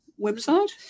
website